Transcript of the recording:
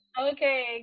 Okay